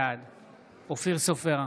בעד אופיר סופר,